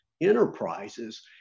enterprises